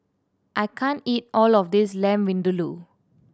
I can't eat all of this Lamb Vindaloo